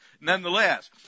nonetheless